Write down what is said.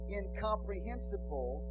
incomprehensible